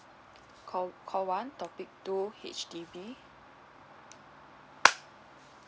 call call one topic two H_D_B